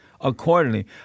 accordingly